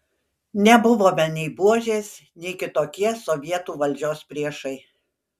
nebuvome nei buožės nei kitokie sovietų valdžios priešai